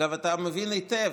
אגב, אתה מבין היטב,